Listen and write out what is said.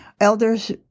elders